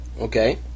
Okay